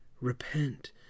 Repent